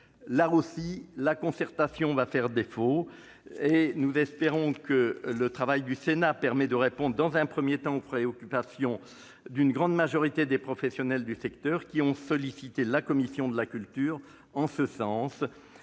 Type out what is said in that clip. La concertation fait malheureusement défaut. Espérons que le travail du Sénat permettra de répondre, dans un premier temps, aux préoccupations d'une grande majorité de professionnels du secteur, qui ont sollicité la commission de la culture en ce sens.